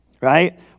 Right